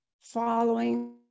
following